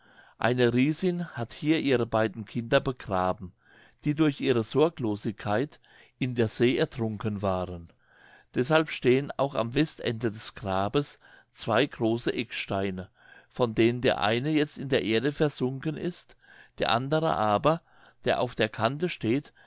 eine riesin hat hier ihre beiden kinder begraben die durch ihre sorglosigkeit in der see ertrunken waren deshalb stehen auch am westende des grabes zwei große ecksteine von denen der eine jetzt in die erde versunken ist der andere aber der auf der kante steht